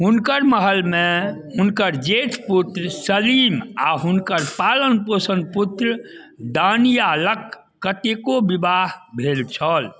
हुनकर महलमे हुनकर जेठ पुत्र सलीम आ हुनकर पालन पोषण पुत्र दानियालक कतेको विवाह भेल छल